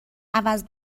عوض